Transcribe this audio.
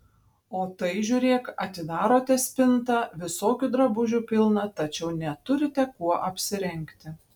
o tai žiūrėk atidarote spintą visokių drabužių pilna tačiau neturite kuo apsirengti